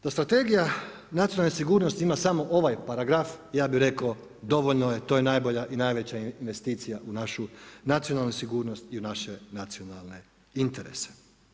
Da Strategija nacionalne sigurnosti ima samo ovaj paragraf ja bih rekao, dovoljno je, to je najbolja i najveća investicija u našu nacionalnu sigurnost i u naše nacionale interese.